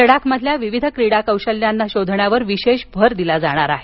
लडाखमधील विविध क्रीडा कौशल्यांना शोधन्यावर विशेष भर दिला जाणार आहे